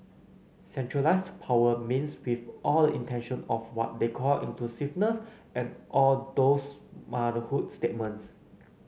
centralised power means with all the intention of what they call inclusiveness and all those motherhood statements